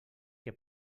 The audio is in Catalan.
que